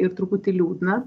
ir truputį liūdna